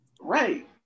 right